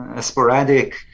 sporadic